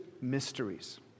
mysteries